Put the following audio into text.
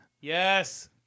Yes